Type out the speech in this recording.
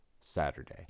Saturday